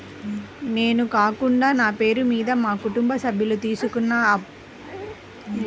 నేను కాకుండా నా పేరు మీద మా కుటుంబ సభ్యులు తీసుకున్నారు అప్పుడు ఎవరు లోన్ డబ్బులు కట్టాలి?